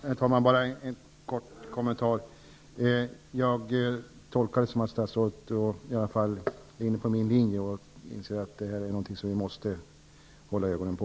Herr talman! Jag vill göra ytterligare en kort kommentar. Jag tolkar statsrådet så, att hon i alla fall är inne på samma linje som jag. Statsrådet inser alltså att det här är något som vi måste hålla ögonen på.